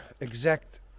exact